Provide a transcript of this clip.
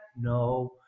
No